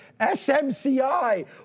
smci